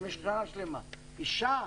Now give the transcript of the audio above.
אישה